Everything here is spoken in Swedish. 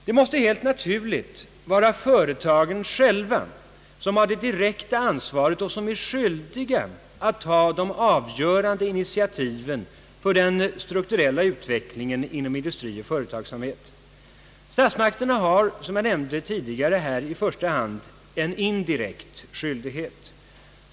Det måste helt naturligt vara företagen själva, som har det direkta ansvaret och som är skyldiga att ta de avgörande initiativen för den strukturella utvecklingen inom industri och företagsamhet; statsmakterna har, som jag nämnde tidigare, här i första hand en indirekt skyldighet.